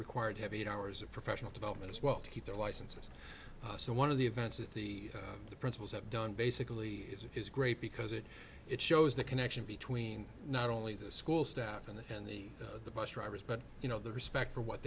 required to have eight hours of professional development as well to keep their licenses so one of the events that the the principals have done basically is of his great because it it shows the connection between not only the school staff and the hendy the bus drivers but you know the respect for what